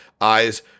eyes